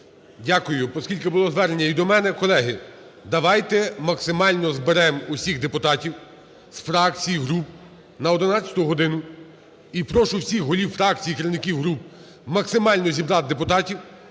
Дякую. Оскільки було звернення і до мене, колеги, давайте максимально зберемо всіх депутатів з фракцій, груп на 11 годину. І прошу всіх голів фракцій, керівників груп максимально зібрати депутатів.